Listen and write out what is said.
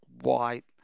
white